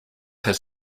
have